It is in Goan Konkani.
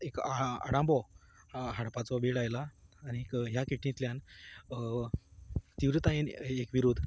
एक आ आ आडांबो हाडपाचो वेळ आयला आनी ह्या किटींतल्यान तिव्रतायेन ए एक विरोध